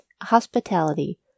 hospitality